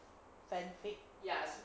fan fiction